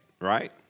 right